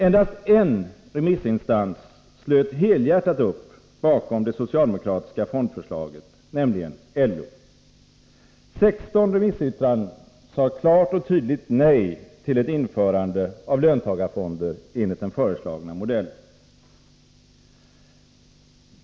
Endast en remissinstans slöt helhjärtat upp bakom det socialdemokratiska fondförslaget, nämligen LO. 16 remissyttranden sade klart och tydligt nej till ett införande av löntagarfonder enligt den föreslagna modellen.